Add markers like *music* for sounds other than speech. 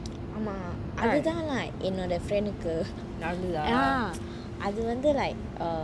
ஆமா அதுதான்:ama athuthaan friend கு நடந்தது:ku nadanthathu ya *noise* அது வந்து:athu vanthu like